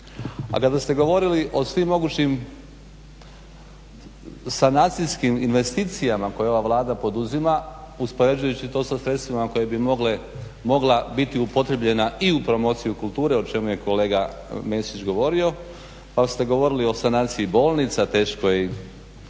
A kada ste govorili o svim mogućim sanacijskim investicijama koje ova Vlada poduzima uspoređujući to sa sredstvima koja bi mogla biti upotrijebljena i u promociju kulture o čemu je kolega Mesić govorio pa ste govorili o sanaciji bolnica teškoj oko